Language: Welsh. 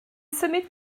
symud